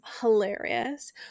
hilarious